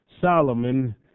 Solomon